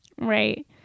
Right